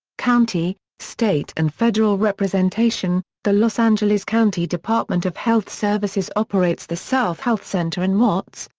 county, state and federal representation the los angeles county department of health services operates the south health center in watts,